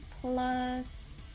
plus